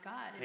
God